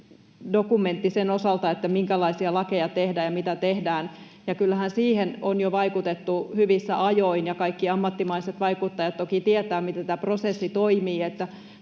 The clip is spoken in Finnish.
dokumentti sen osalta, minkälaisia lakeja tehdään ja mitä tehdään. Kyllähän siihen on jo vaikutettu hyvissä ajoin, ja kaikki ammattimaiset vaikuttajat toki tietävät, miten tämä prosessi toimii,